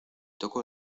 toco